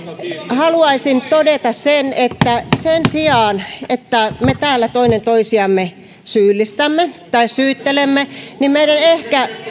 haluaisin todeta sen että sen sijaan että me täällä toinen toisiamme syyllistämme tai syyttelemme meidän ehkä